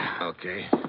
Okay